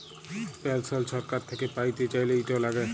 পেলসল ছরকার থ্যাইকে প্যাইতে চাইলে, ইট ল্যাগে